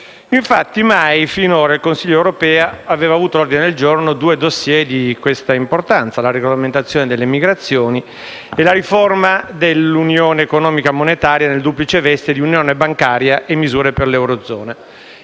Infatti, mai, fino a oggi, il Consiglio europeo aveva avuto all'ordine del giorno due *dossier* di questa importanza: la regolamentazione delle migrazioni e la riforma dell'unione economica e monetaria, nella duplice veste di unione bancaria e misure per l'eurozona.